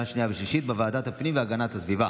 לוועדת הפנים והגנת הסביבה